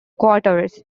quarters